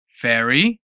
Fairy